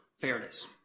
fairness